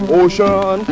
ocean